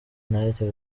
knight